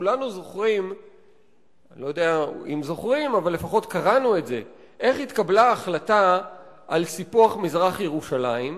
כולנו יודעים איך התקבלה ההחלטה על סיפוח מזרח-ירושלים,